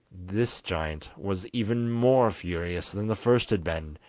this giant was even more furious than the first had been,